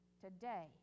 Today